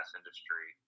industry